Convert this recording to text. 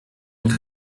une